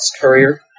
Courier